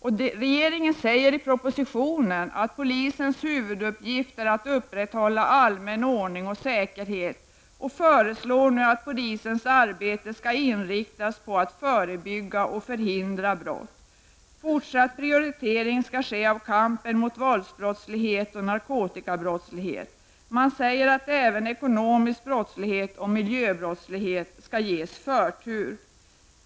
Regeringen säger i propositionen att polisens huvuduppgift är att upprätthålla allmän ordning och säkerhet och föreslår nu att polisens arbete skall inriktas på att förebygga och förhindra brott. Fortsatt prioritering skall ske av kampen mot våldsbrottslighet och narkotikabrottslighet. Man säger att även ekonomisk brottslighet och miljöbrottslighet skall ges förtur.